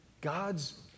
God's